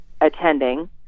attending